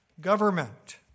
government